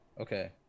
Okay